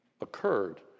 occurred